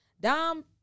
Dom